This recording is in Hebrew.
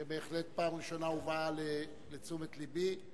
שבהחלט פעם ראשונה הובאה לתשומת לבי.